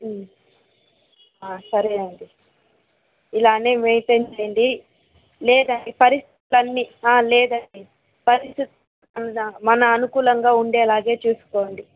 సరే అండీ ఇలానే మెయింటైన్ చేయండి లేదు అండి పరిస్థితులు అన్నీ లేదండీ పరిస్థితులు అన్నీ మన అనుకూలంగా ఉండేలాగే చూసుకోండి